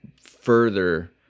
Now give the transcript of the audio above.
further